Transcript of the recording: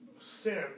sin